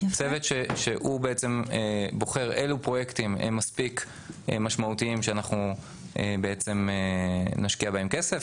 צוות שבוחר אילו פרויקטים מספיק משמעותיים שאנחנו נשקיע בהם כסף.